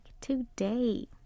today